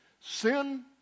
sin